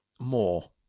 more